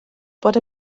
bod